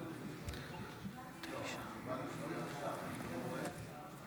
אני קובע כי הצעת החוק לתיקון פקודת המכס (איסור השמדת טובין חבי